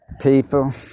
People